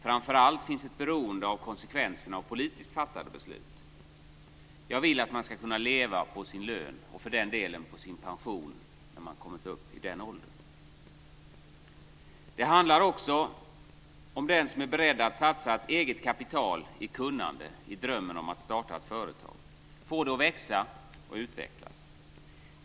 Framför allt finns ett beroende av konsekvenserna av politiskt fattade beslut. Jag vill att man ska kunna leva på sin lön, och för den delen på sin pension när man kommit upp i den åldern. Det handlar också om den som är beredd att satsa ett eget kapital och kunnande i drömmen om att starta ett företag och få det att växa och utvecklas.